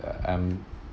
uh I'm